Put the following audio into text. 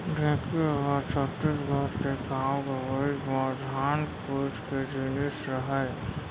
ढेंकी ह छत्तीसगढ़ के गॉंव गँवई म धान कूट के जिनिस रहय